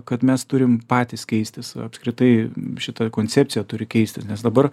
kad mes turim patys keistis apskritai šita koncepcija turi keistis nes dabar